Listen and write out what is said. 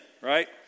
right